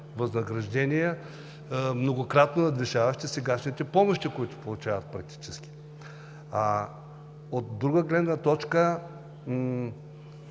възнаграждения, многократно надвишаващи сегашните помощи, които получават практически. От друга гледна точка,